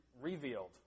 Revealed